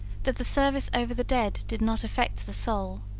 that the service over the dead did not affect the soul.